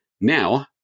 Now